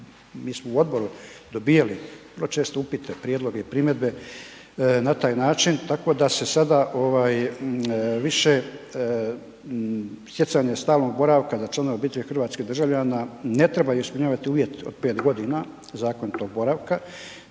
mi smo u odboru dobivali vrlo često upite, prijedloge i primjedbe na taj način tako da se sada više stjecanja stalnog boravka za članove obitelji hrvatskih državljana ne trebaju ispunjavati uvjet od 5 g. zakonitog boravka